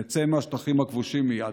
נצא מהשטחים הכבושים מייד.